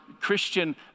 Christian